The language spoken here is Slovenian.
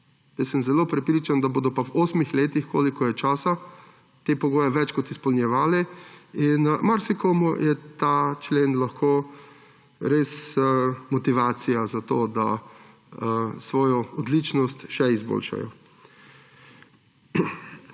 zelo prepričan, da bodo pa v 8 letih, kolikor je časa, te pogoje več kot izpolnjevali. In marsikomu je ta člen lahko res motivacija za to, da svojo odličnost še izboljšajo.